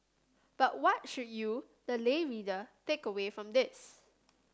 but what should you the lay reader take away from this